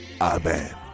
Amen